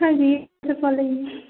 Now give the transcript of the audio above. हांजी ये वॉट्सअप वाला ही है